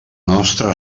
nostra